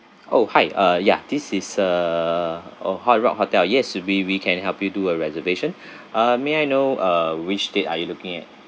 oh hi uh ya this is uh oh hard rock hotel yes we be we can help you do a reservation uh may I know uh which date are you looking at